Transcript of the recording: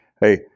Hey